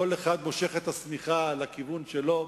שבה כל אחד מושך את השמיכה לכיוון שלו.